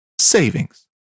savings